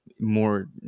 more